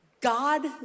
God